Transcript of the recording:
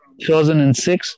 2006